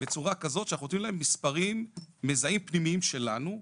בצורה כזאת שאנחנו נותנים להם מספר מזהים פנימיים שלנו,